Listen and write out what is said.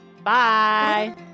Bye